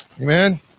amen